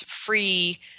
free